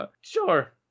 sure